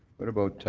what about